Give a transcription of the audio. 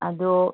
ꯑꯗꯨ